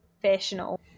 Professional